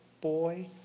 boy